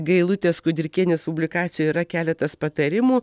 gailutės kudirkienės publikacijoj yra keletas patarimų